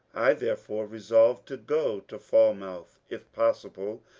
i there fore resolved to go to falmouth, if possible,